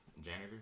Janitor